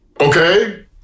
okay